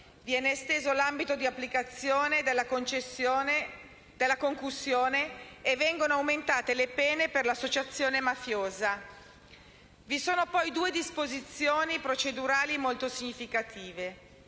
Viene esteso l'ambito di applicazione della concussione e vengono aumentate le pene per l'associazione mafiosa. Vi sono poi due disposizioni procedurali molto significative.